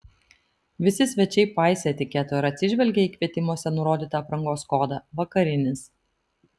visi svečiai paisė etiketo ir atsižvelgė į kvietimuose nurodytą aprangos kodą vakarinis